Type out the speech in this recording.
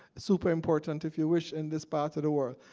super important if you wish, in this part of the world,